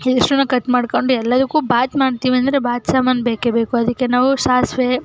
ಇದಿಷ್ಟನ್ನು ಕಟ್ ಮಾಡಿಕೊಂಡು ಎಲ್ಲದಕ್ಕೂ ಬಾತು ಮಾಡ್ತೀವಂದ್ರೆ ಬಾತು ಸಾಮಾನು ಬೇಕೇ ಬೇಕು ಅದಕ್ಕೆ ನಾವು ಸಾಸಿವೆ